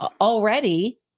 already